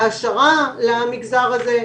העשרה למגזר הזה.